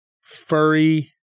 furry